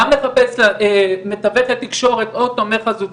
גם לחפש לה מתווכת תקשורת או תומך חזותי,